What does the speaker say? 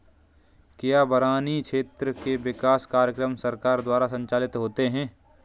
क्या बरानी क्षेत्र के विकास कार्यक्रम सरकार द्वारा संचालित होते हैं?